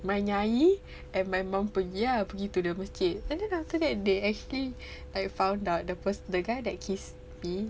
my yayi and my mum pergi ah pergi to the masjid and then after that they actually like found out the per~ the guy that kiss me